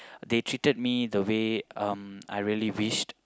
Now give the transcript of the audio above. they treated me the way um I really wished